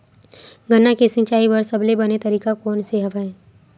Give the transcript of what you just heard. गन्ना के सिंचाई बर सबले बने तरीका कोन से हवय?